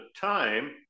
time